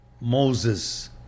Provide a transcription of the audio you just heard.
Moses